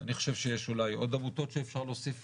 אני חושב שיש אולי עוד עמותות שאפשר להוסיף